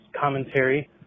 commentary